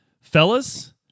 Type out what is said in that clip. fellas